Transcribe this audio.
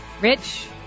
Rich